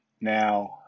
now